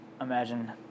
imagine